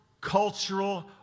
cultural